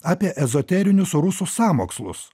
apie ezoterinius rusų sąmokslus